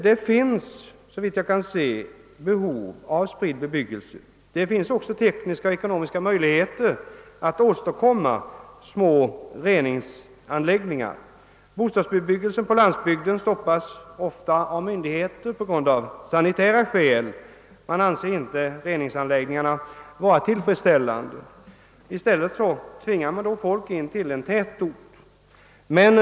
Såvitt jag kan se finns det alltså ett behov av spridd bebyggelse. Ur både tekniska och ekonomiska synpunkter är det numera möjligt att uppföra små reningsanläggningar. Men <bostadsbebyggelsen på landsbygden stoppas ofta av myndigheter av sanitära skäl; man anser inte reningsanläggningarna tillfredsställande. I stället tvingar man folk att bo inom tätorterna.